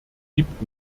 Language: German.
gibt